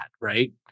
right